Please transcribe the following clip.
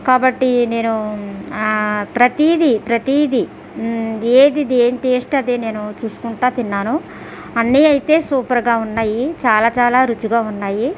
కాబట్టి నేను ప్రతీది ప్రతీది ఏది దేని టేస్ట్ అదే నేను చూసుకుంటూ తిన్నాను అన్ని అయితే సూపర్గా ఉన్నాయి చాలా చాలా రుచిగా ఉన్నాయి